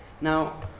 now